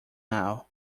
now